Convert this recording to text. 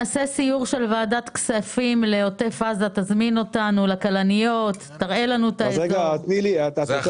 מזמין את כולם לבוא לראות את הכלניות ואת הצמיחה